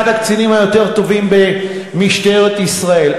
הוא אחד הקצינים היותר-טובים במשטרת ישראל.